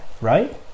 Right